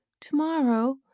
Tomorrow